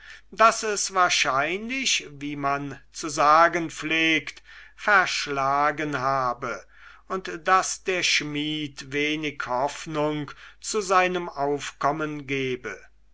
daß es wahrscheinlich wie man zu sagen pflegt verschlagen habe und daß der schmied wenig hoffnung zu seinem aufkommen gebe